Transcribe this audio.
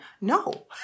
No